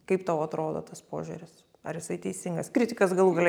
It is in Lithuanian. kaip tau atrodo tas požiūris ar jisai teisingas kritikas galų gale